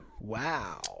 Wow